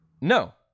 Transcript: No